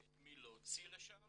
את מי להוציא לשם